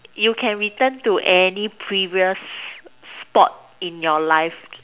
you can return to any previous spot in your life